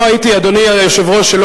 אדוני היושב-ראש,